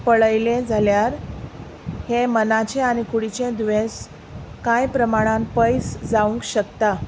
पळयलें जाल्यार हें मनाचें आनी कुडीचें दुयेंस कांय प्रमाणान पयस जावंक शकता